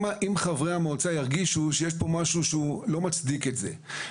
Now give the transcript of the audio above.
חברי המועצה ירגישו שיש כאן משהו שלא מצדיק את זה.